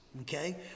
okay